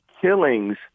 killings